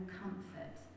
comfort